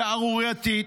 שערורייתית,